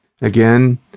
Again